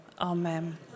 Amen